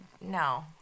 no